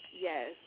yes